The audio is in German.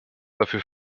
dafür